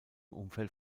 umfeld